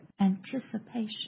anticipation